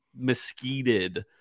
mesquited